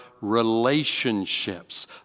relationships